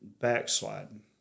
backsliding